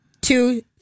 two